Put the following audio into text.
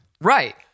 Right